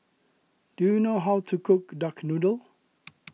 do you know how to cook Duck Noodle